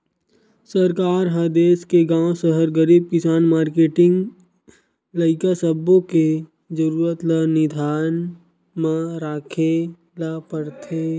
सरकार ह देस के गाँव, सहर, गरीब, किसान, मारकेटिंग, लइका सब्बो के जरूरत ल धियान म राखे ल परथे